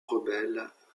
rebelles